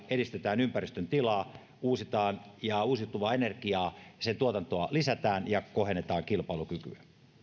edistetään ympäristön tilaa lisätään uusiutuvaa energiaa ja sen tuotantoa ja kohennetaan kilpailukykyä